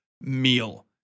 meal